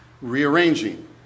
rearranging